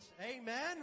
Amen